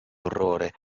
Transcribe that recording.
orrore